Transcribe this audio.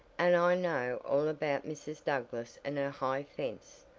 and i know all about mrs. douglass and her high fence.